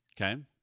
Okay